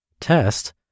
test